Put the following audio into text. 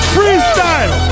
Freestyle